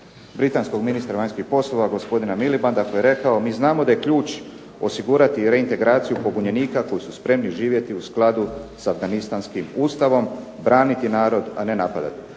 britanskog ministra vanjskih poslova gospodina Milibanda koji je rekao da je ključ osigurati reintegraciju pobunjenika koji su spremni živjeti u skladu sa afganistanskim Ustavom, braniti narod a ne napadati.